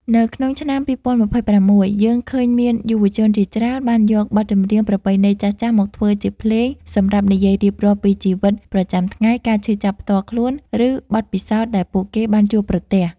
នៅក្នុងឆ្នាំ ២០២៦ យើងឃើញមានយុវជនជាច្រើនបានយកបទចម្រៀងប្រពៃណីចាស់ៗមកធ្វើជាភ្លេងសម្រាប់និយាយរៀបរាប់ពីជីវិតប្រចាំថ្ងៃ ការឈឺចាប់ផ្ទាល់ខ្លួន ឬបទពិសោធន៍ដែលពួកគេបានជួបប្រទះ។